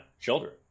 children